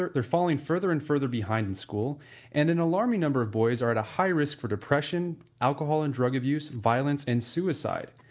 they're falling further and further behind in school and an alarming number of boys are at a high risk for depression, alcohol and drug abuse, violence and suicide.